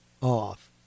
off